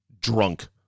drunk